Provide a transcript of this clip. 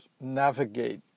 navigate